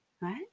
right